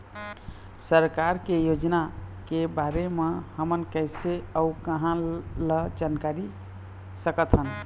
सरकार के योजना के बारे म हमन कैसे अऊ कहां ल जानकारी सकथन?